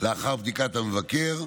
לאחר בדיקת המבקר,